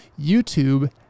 YouTube